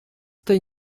tej